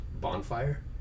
bonfire